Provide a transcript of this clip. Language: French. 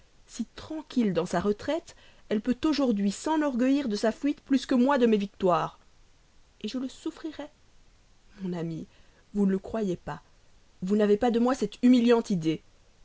si tranquille dans sa retraite elle peut aujourd'hui s'enorgueillir de sa fuite plus que moi de mes victoires et je le souffrirais mon amie vous ne le croyez pas vous n'avez pas de moi cette humiliante idée